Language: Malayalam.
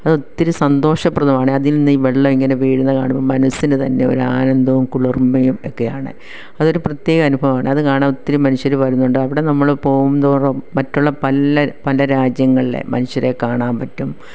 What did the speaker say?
അത് ഒത്തിരി സന്തോഷപ്രദമാണ് അതിൽ നിന്ന് ഈ വെള്ളം ഇങ്ങനെ വീഴുന്ന കാണുമ്പോൾ മനസ്സിന് തന്നെ ഒരു ആനന്ദവും കുളിർമയും ഒക്കെയാണ് അതൊരു പ്രത്യേക അനുഭവമാണ് അത് കാണാൻ ഒത്തിരി മനുഷ്യര് വരുന്നുണ്ട് അവിടെ നമ്മള് പോകുംതോറും മറ്റുള്ള പല്ല പല രാജ്യങ്ങളിലെ മനുഷ്യരെ കാണാൻ പറ്റും